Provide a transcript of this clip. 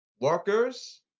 workers